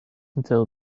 until